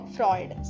Freud